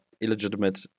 illegitimate